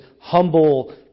humble